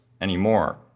anymore